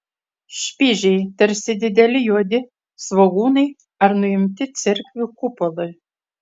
špižiai tarsi dideli juodi svogūnai ar nuimti cerkvių kupolai